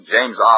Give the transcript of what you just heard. James